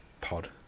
pod